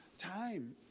time